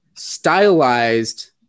Stylized